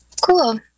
cool